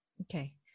Okay